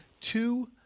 two